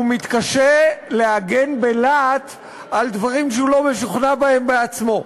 הוא מתקשה להגן בלהט על דברים שהוא לא משוכנע בהם בעצמו.